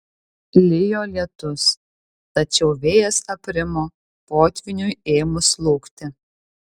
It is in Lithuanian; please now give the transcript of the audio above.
lijo lietus tačiau vėjas aprimo potvyniui ėmus slūgti